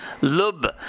Lub